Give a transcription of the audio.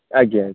ଆଜ୍ଞା